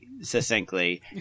succinctly